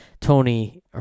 Tony